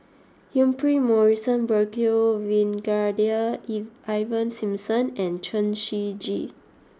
Humphrey Morrison Burkill Brigadier Ivan Simson and Chen Shiji